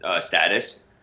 status